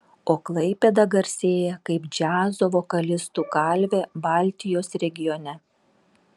o klaipėda garsėja kaip džiazo vokalistų kalvė baltijos regione